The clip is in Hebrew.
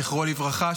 זכרו לברכה,